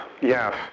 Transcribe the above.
Yes